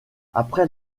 après